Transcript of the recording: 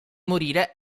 morire